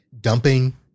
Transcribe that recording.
dumping